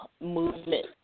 movement